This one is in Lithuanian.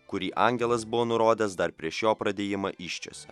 kurį angelas buvo nurodęs dar prieš jo pradėjimą įsčiose